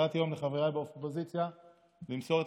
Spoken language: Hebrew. קראתי היום לחבריי באופוזיציה למסור את